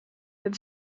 het